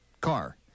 car